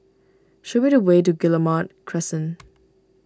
show me the way to Guillemard Crescent